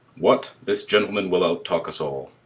what this gentleman will out-talk us all.